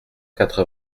quatre